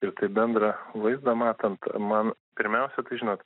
ir tai bendrą vaizdą matant man pirmiausia žinot